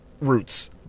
Roots